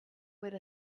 with